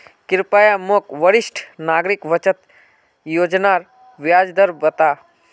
कृप्या मोक वरिष्ठ नागरिक बचत योज्नार ब्याज दर बता